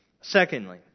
Secondly